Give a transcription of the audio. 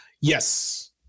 yes